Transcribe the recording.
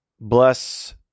bless